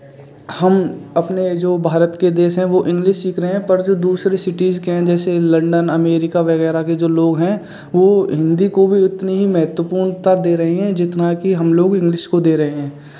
हम अपने जो भारत के देश हैं वो इंग्लिश सीख रहे हैं पर जो दूसरे सिटीज़ के हैं जैसे लंदन अमेरिका वगैरह के जो लोग हैं वो हिन्दी को भी उतनी ही महत्वपूर्णता दे रहे हैं जितना कि हम लोग इंग्लिश को दे रहे हैं